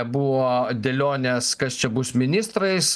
buvo dėlionės kas čia bus ministrais